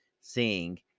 seeing